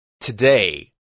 today